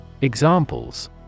Examples